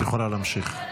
את יכולה להמשיך.